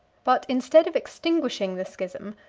but instead of extinguishing the schism,